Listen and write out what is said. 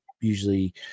usually